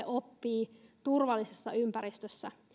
oppii turvallisessa ympäristössä